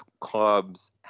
clubs